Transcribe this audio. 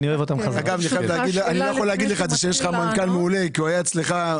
יש לך מנכ"ל מעולה כי הוא היה אצלך,